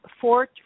four